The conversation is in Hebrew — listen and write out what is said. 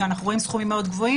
שם אנחנו רואים סכומים מאוד גבוהים,